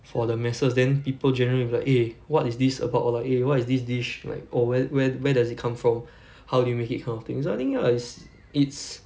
for the masses then people generally will be like eh what is this about like eh what is this dish like or wher~ wher~ where does it come from how do you make it kind of things so I think like it's